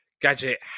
Gadget